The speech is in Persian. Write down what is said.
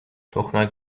تخمک